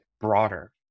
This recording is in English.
broader